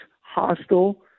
hostile